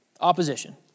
Opposition